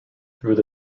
through